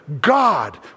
God